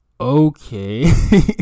okay